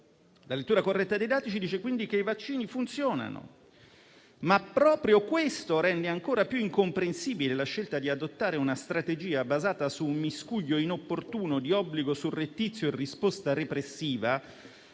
La lettura corretta dei dati ci dice quindi che i vaccini funzionano, ma proprio questo rende ancora più incomprensibile la scelta di adottare una strategia basata su un miscuglio inopportuno di obbligo surrettizio e risposta repressiva,